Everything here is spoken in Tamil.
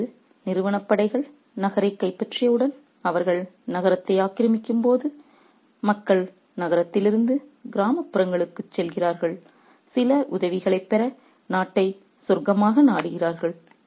இப்போது நிறுவனப் படைகள் நகரைக் கைப்பற்றியவுடன் அவர்கள் நகரத்தை ஆக்கிரமிக்கும்போது மக்கள் நகரத்திலிருந்து கிராமப்புறங்களுக்குச் செல்கிறார்கள் சில உதவிகளைப் பெற நாட்டை சொர்க்கமாக நாடுகிறார்கள்